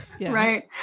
Right